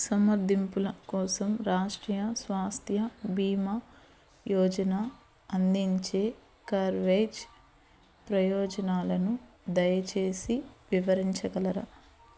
సమర్దింపుల కోసం రాష్ట్రీయ స్వాస్థ్య బీమా యోజన అందించే కర్వేజ్ ప్రయోజనాలను దయచేసి వివరించగలరా